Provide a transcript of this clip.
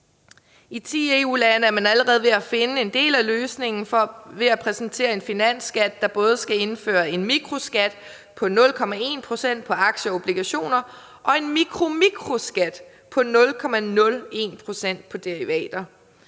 I ti EU-lande er man allerede ved at finde en del af løsningen ved at præsentere en finansskat, der både skal indebære en mikroskat på 0,1 pct. på aktier og obligationer og en mikromikroskat på 0,01 pct. på derivater.